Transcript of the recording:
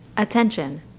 Attention